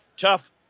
tough